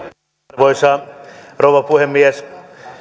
arvoisa rouva puhemies